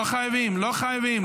לא חייבים, לא חייבים.